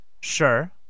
Sure